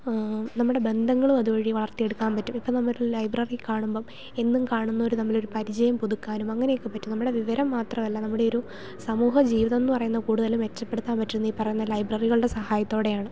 നമ്മുടെ ബന്ധങ്ങളും അതുവഴി വളർത്തി എടുക്കാൻ പറ്റും ഇപ്പം നമ്മൾ ഒരു ലൈബ്രറി കാണുമ്പം എന്നും കാണുന്നവർ തമ്മിൽ ഒരു പരിചയം പുതുക്കാനും അങ്ങനെയൊക്കെ പറ്റും നമ്മുടെ വിവരം മാത്രം അല്ല നമ്മുടെയൊരു സമൂഹ ജീവിതം എന്ന് പറയുന്ന കൂടുതലും മെച്ചപ്പെടുത്താൻ പറ്റുന്ന ഈ പറയുന്ന ലൈബ്രറികളുടെ സഹായത്തോടെയാണ്